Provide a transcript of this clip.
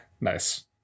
nice